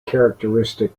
characteristic